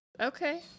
Okay